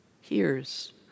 hears